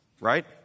right